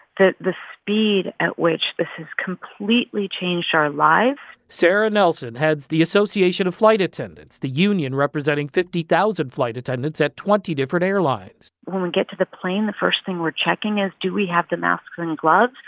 the the speed at which this has completely changed our lives sara nelson heads the association of flight attendants, the union representing fifty thousand flight attendants at twenty different airlines when we get to the plane, the first thing we're checking is do we have the masks and gloves?